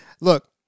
Look